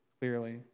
clearly